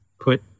put